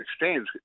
exchange